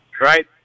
right